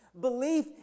Belief